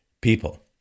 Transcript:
people